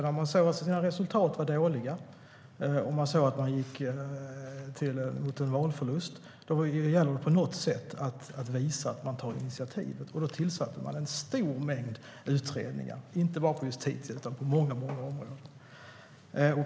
När man såg att resultaten var dåliga och att man gick mot en valförlust gällde det att på något sätt visa att man tog initiativ och därför tillsatte man en stor mängd utredningar, inte bara på Justitiedepartementet utan också på många andra områden.